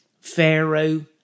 Pharaoh